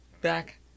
back